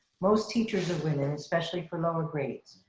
most teachers are women especially for lower grades.